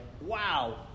wow